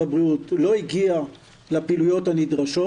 הבריאות לא הגיע לפעילויות הנדרשות.